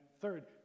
third